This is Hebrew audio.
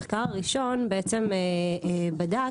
המחקר הראשון בעצם בדק